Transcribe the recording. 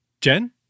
Jen